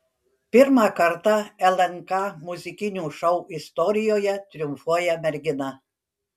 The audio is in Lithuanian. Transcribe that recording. pirmą kartą lnk muzikinių šou istorijoje triumfuoja mergina